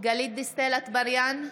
גלית דיסטל אטבריאן,